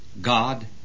God